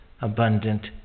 abundant